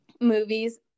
movies